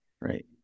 Right